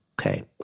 Okay